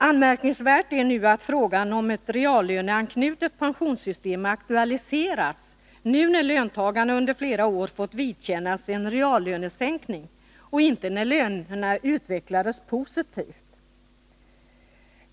Anmärkningsvärt är att frågan om ett reallöneanknutet pensionssystem aktualiseras nu när löntagarna under flera år fått vidkännas en reallönesänkning, inte när lönerna utvecklades positivt.